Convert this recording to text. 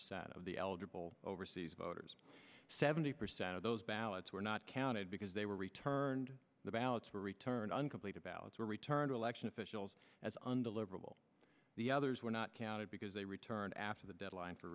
percent of the eligible overseas voters seventy percent of those ballots were not counted because they were returned the ballots were returned uncompleted ballots were returned election officials as undeliverable the others were not counted because they returned after the deadline for